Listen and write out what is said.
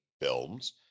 films